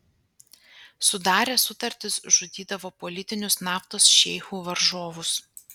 sudaręs sutartis žudydavo politinius naftos šeichų varžovus